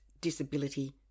disability